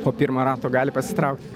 po pirmo rato gali pasitraukt